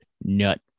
nut